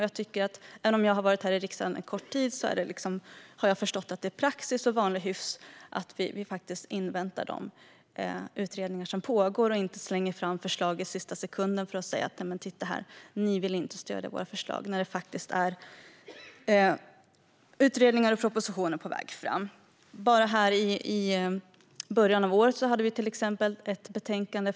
Jag har suttit kort tid i riksdagen, men jag har förstått att det är praxis och vanlig hyfs att vi inväntar de utredningar som pågår och inte slänger fram förslag i sista sekund och säger "Titta här, ni vill inte stödja våra förslag" när utredningar och propositioner är på väg. I början av året behandlades public service i ett betänkande.